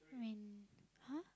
when !huh!